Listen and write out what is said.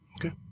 Okay